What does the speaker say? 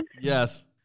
yes